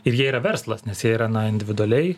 ir jie yra verslas nes jie yra na individualiai